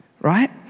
Right